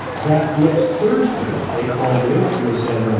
that next thursday, they called me up and they said, um